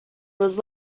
was